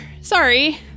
Sorry